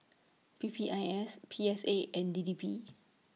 P P I S P S A and D D P